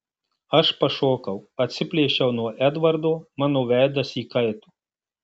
aš pašokau atsiplėšiau nuo edvardo mano veidas įkaito